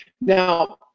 Now